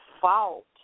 fault